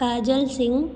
काजल सिंग